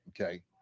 okay